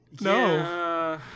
No